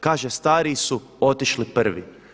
Kaže stariji su otišli prvi.